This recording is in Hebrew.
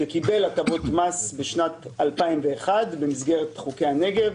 שקיבל הטבות מס בשנת 2001 במסגרת חוקי הנגב,